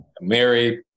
married